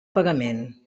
pagament